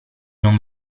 non